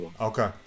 Okay